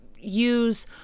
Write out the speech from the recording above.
Use